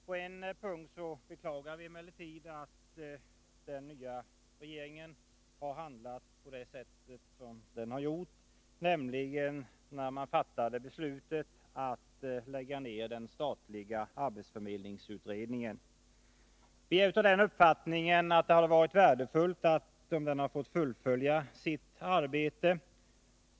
På en punkt beklagar vi emellertid den nya regeringens handlande, nämligen beslutet att lägga ner den statliga arbetsförmedlingsutredningen. Vi är av den uppfattningen att det hade varit värdefullt om den hade fått fullfölja sitt arbete.